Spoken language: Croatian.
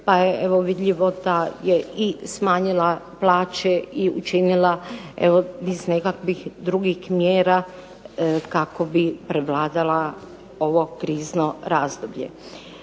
pa je evo vidljivo da je i smanjila plaće i učinila evo niz nekakvih drugih mjera kako bi prevladala ovo krizno razdoblje.